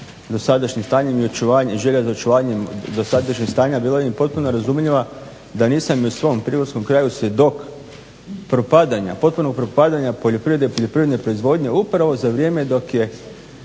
dosadašnjim stanjem i želja za očuvanjem dosadašnjeg stanja bila bi mi potpuno razumljiva da nisam i u svom primorskom kraju svjedok propadanja, potpunog propadanja poljoprivrede, poljoprivredne proizvodnje upravo za vrijeme dok je